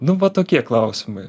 nu va tokie klausimai